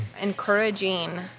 encouraging